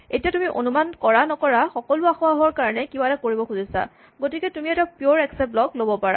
এতিয়া তুমি অনুমান কৰা নকৰা সকলো আসোঁৱাহৰ বাবে কিবা এটা কৰিব খুজিবা গতিকে তুমি এটা পিয়ৰ এক্সচেপ্ট ব্লক ল'ব পাৰা